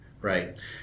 Right